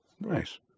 nice